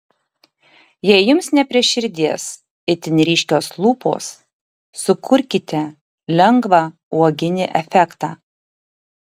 jei jums ne prie širdies itin ryškios lūpos sukurkite lengvą uoginį efektą